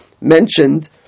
mentioned